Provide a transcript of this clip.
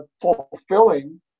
Fulfilling